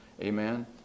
Amen